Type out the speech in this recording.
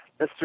Mr